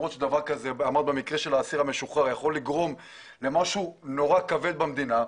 למרות שהמקרה הזה של האסיר המשוחרר יכול לגרום למשהו נורא כבד במדינה,